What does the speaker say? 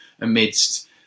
amidst